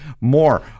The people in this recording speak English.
More